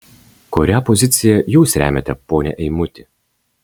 kurią poziciją jūs remiate pone eimuti